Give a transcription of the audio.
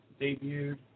debuted